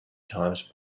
times